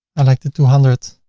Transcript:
i like the two hundred.